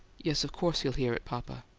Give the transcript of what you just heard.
yes of course he'll hear it, papa.